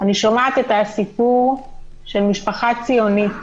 אני שומעת את הסיפור של משפחה ציונית